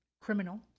criminal